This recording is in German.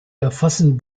erfassen